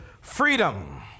Freedom